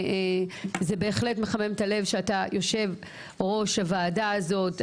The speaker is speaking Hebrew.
זה מחמם את הלב שאתה יושב-ראש הוועדה הזאת.